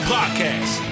Podcast